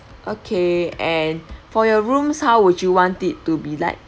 okay and for your rooms how would you want it to be like